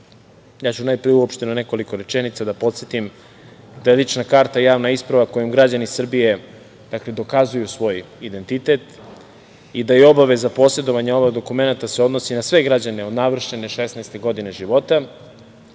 ću najpre uopšteno nekoliko rečenica, da podsetim da je lična karta javna isprava kojom građani Srbije dokazuju svoj identitet i da obaveza posedovanja ovog dokumenta se odnosi na sve građane od navršene 16. godine